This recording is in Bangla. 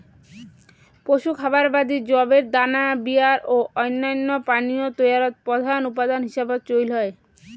পশু খাবার বাদি যবের দানা বিয়ার ও অইন্যান্য পানীয় তৈয়ারত প্রধান উপাদান হিসাবত চইল হয়